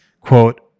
quote